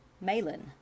Malin